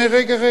רגע רגע,